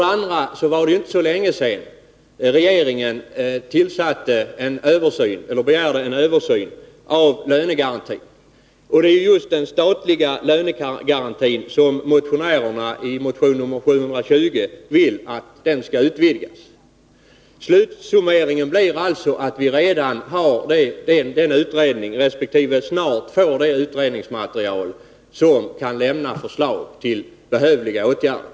Det var inte heller så länge sedan regeringen begärde en översyn av lönegarantin. Det är just den statliga lönegarantin som de som väckt motion 720 vill utvidga. Slutsummeringen blir alltså att det redan pågår en utredning och att vi snart får ett utredningsmaterial med förslag till behövliga åtgärder.